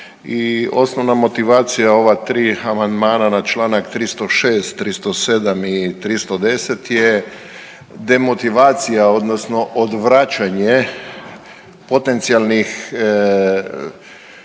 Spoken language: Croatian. osnovna motivacija ova tri amandmana na Članak 306., 307. i 310. je demotivacija odnosno odvraćanje potencijalnih bavitelja